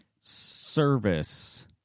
service